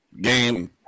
game